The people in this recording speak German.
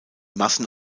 massen